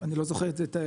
אני לא זוכר את האוכלוסייה,